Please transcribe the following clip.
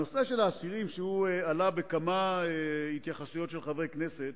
נושא האסירים, שעלה בכמה התייחסויות של חברי כנסת,